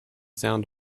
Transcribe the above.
sound